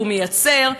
והוא מייצר,